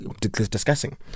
discussing